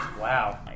wow